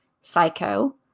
Psycho